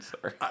sorry